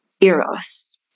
Eros